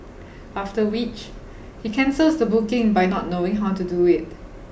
after which he cancels the booking by not knowing how to do it